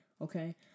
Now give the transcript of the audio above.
okay